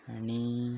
आनी